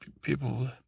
people